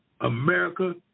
America